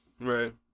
right